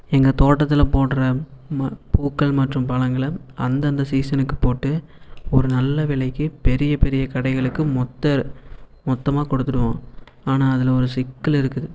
எங்கள் தோட்டத்தில் போடுற பூக்கள் மற்றும் பழங்களை அந்தந்த சீசனுக்கு போட்டு ஒரு நல்ல விலைக்கு பெரிய பெரிய கடைகளுக்கு மொத்த மொத்தமாக கொடுத்துடுவோம் ஆனால் அதில் ஒரு சிக்கல் இருக்குது